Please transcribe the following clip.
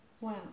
Wow